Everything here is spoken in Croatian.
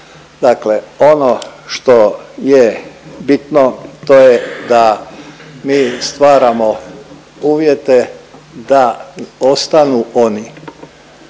Dakle, ono što je bitno, to je da mi stvarao uvjete da ostanu oni